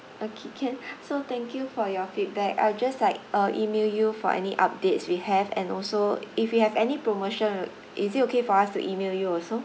okay can so thank you for your feedback I'll just like uh email you for any updates we have and also if we have any promotion is it okay for us to email you also